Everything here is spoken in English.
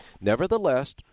nevertheless